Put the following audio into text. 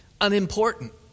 unimportant